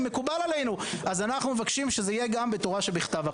מקובל עלינו אז אנחנו מבקשים שהפעם זה יהיה גם בתורה שבכתב.